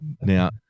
Now